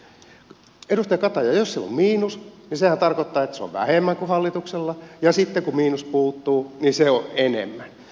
edustaja kataja jos siellä on miinus niin sehän tarkoittaa että se on vähemmän kuin hallituksella ja sitten kun miinus puuttuu niin se on enemmän